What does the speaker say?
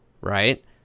right